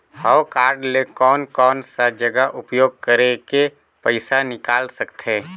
हव कारड ले कोन कोन सा जगह उपयोग करेके पइसा निकाल सकथे?